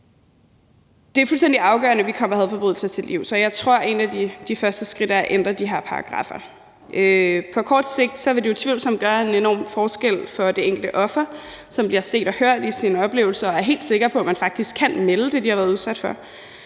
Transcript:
afgørende, at vi kommer hadforbrydelser til livs, og jeg tror, at et af de første skridt er at ændre de her paragraffer. På kort sigt vil det utvivlsomt gøre en enorm forskel for de enkelte ofre, som bliver set og hørt om deres oplevelser og er helt sikre på, at de faktisk kan melde det, de har været udsat for.